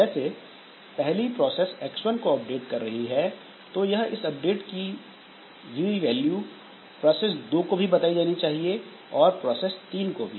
जैसे पहली process X1 को अपडेट कर रही है तो इस अपडेट की वैल्यू प्रोसेस 2 को भी बताई जानी चाहिए और प्रोसेस 3 को भी